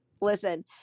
Listen